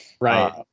right